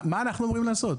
מה אנחנו אמורים לעשות?